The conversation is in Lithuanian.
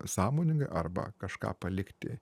sąmoningai arba kažką palikti